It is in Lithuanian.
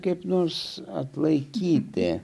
kaip nors atlaikyti